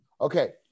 Okay